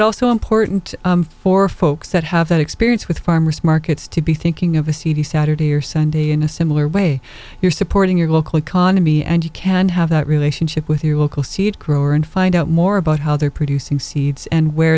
also important for folks that have that experience with farmers markets to be thinking of a cd saturday or sunday in a similar way you're supporting your local economy and you can have that relationship with your local seed grower and find out more about how they're producing seeds and where